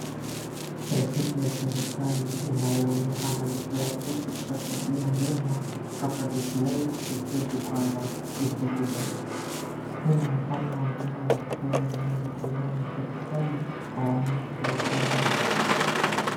Risiti ya serikali inayoonyesha malipo ya cheti cha tabia njema kutoka DCI kupitia jukwaa la Ecitizen, hii ni mfano wa huduma za kifedha zinazotolewa na serikali kwa wananchi wa Kenya.